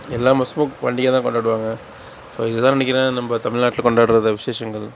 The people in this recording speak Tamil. எல்லா மாதமும் பண்டிகைதான் கொண்டாடுவாங்க ஸோ இதுதான் நினைக்கறேன் நம்ம தமிழ்நாட்டில் கொண்டாடுற விசேஷங்கள்